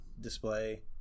display